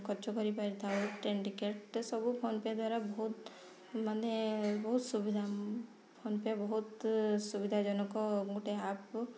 ଖର୍ଚ୍ଚ କରି ପାରିଥାଉ ଟ୍ରେନ୍ ଟିକେଟ୍ ସବୁ ଫୋନ୍ପେ ଦ୍ଵାରା ବହୁତ ମାନେ ବହୁତ ସୁବିଧା ଫୋନ୍ପେ ବହୁତ ସୁବିଧାଜନକ ଗୋଟେ ଆପ୍